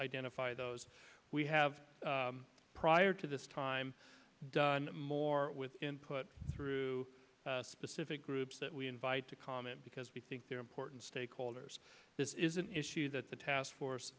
identify those we have prior to this time done more with input through specific groups that we invite to comment because we think they're important stakeholders this is an issue that the taskforce